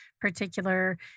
particular